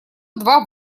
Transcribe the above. два